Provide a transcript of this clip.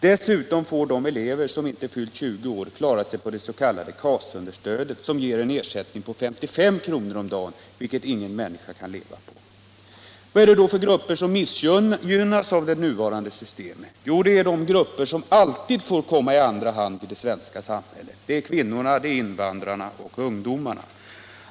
Dessutom får de elever som inte har fyllt 20 år klara sig på det s.k. KAS-understödet som ger en ersättning på 55 kr. om dagen, vilket ingen människa kan leva på. Vad är det då för grupper som missgynnas av det nuvarande systemet? Jo, det är de grupper som alltid får komma i andra hand i det svenska samhället. Det är kvinnorna, invandrarna och ungdomarna.